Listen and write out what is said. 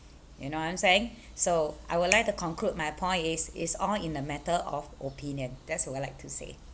you know what I'm saying so I would like to conclude my point is it's all in the matter of opinion that's what I like to say